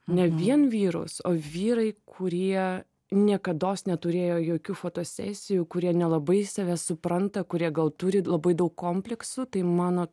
ne vien vyrus o vyrai kurie niekados neturėjo jokių fotosesijų kurie nelabai save supranta kurie gal turi labai daug kompleksų tai mano